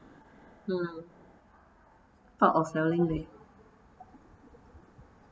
mm thought of selling leh